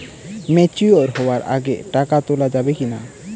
Mature হওয়ার আগে টাকা তোলা যাবে কিনা?